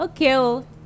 okay